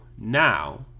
Now